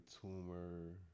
Tumor